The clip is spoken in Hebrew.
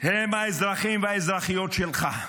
הם האזרחים והאזרחיות שלך,